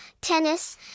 tennis